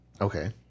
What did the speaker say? Okay